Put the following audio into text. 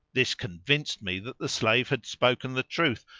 this convinced me that the slave had spoken the truth,